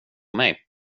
mig